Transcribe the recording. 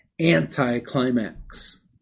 anti-climax